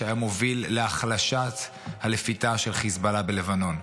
שהיה מוביל להחלשת הלפיתה של חיזבאללה בלבנון.